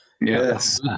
Yes